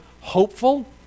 hopeful